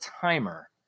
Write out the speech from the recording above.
timer